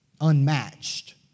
unmatched